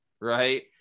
right